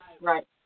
right